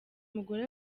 umugore